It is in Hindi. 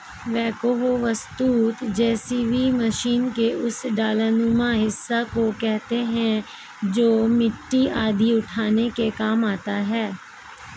बेक्हो वस्तुतः जेसीबी मशीन के उस डालानुमा हिस्सा को कहते हैं जो मिट्टी आदि उठाने के काम आता है